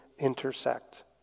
intersect